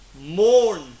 mourn